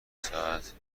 ساعت